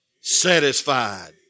Satisfied